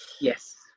Yes